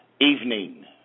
evening